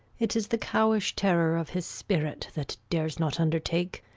it is the cowish terror of his spirit, that dares not undertake.